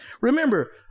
remember